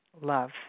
love